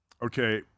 Okay